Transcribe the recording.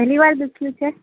પહેલી વાર દુખ્યું છે